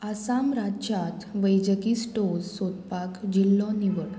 आसाम राज्यांत वैजकी स्टोर्ज सोदपाक जिल्लो निवड